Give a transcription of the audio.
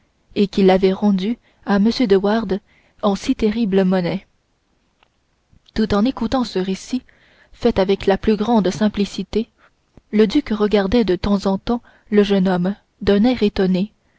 et qu'il avait rendu à m de wardes en si terrible monnaie tout en écoutant ce récit fait avec la plus grande simplicité le duc regardait de temps en temps le jeune homme d'un air étonné